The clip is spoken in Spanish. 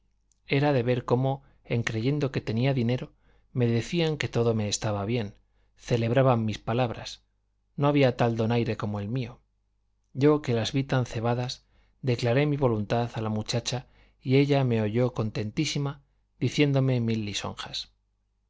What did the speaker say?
era de ver cómo en creyendo que tenía dinero me decían que todo me estaba bien celebraban mis palabras no había tal donaire como el mío yo que las vi tan cebadas declaré mi voluntad a la muchacha y ella me oyó contentísima diciéndome mil lisonjas